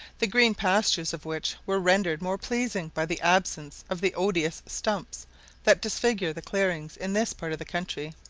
the green pastures of which were rendered more pleasing by the absence of the odious stumps that disfigure the clearings in this part of the country.